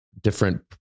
Different